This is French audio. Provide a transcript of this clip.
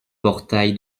portail